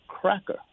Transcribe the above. cracker